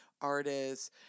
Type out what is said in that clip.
artists